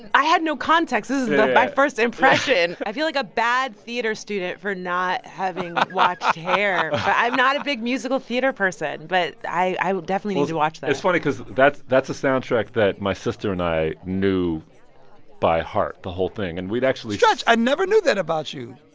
and i had no context. this is my first impression. i feel like a bad theater student for not having watched hair, but i'm not a big musical theater person. but i i definitely need to watch that well, it's funny because that's that's a soundtrack that my sister and i knew by heart, the whole thing. and we'd actually. stretch, i never knew that about you